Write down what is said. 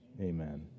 amen